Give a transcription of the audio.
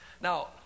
Now